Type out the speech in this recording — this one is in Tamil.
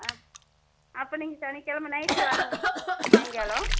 ஆ அப்போ நீங்கள் சனிக்கிழம நைட்டு வாங்க சாயங்காலம்